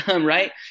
right